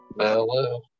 Hello